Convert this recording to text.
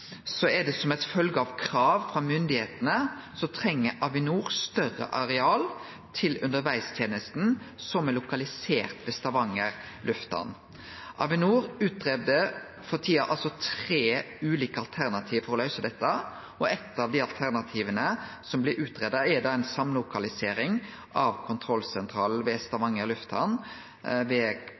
eit krav frå myndigheitene. Avinor treng større areal til undervegstenesta, som er lokalisert ved Stavanger lufthamn. Avinor greier for tida ut tre ulike alternativ for å løyse dette, og eitt av alternativa er samlokalisering av kontrollsentralen ved Stavanger